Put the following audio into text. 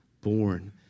born